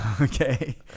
Okay